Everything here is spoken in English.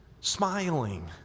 smiling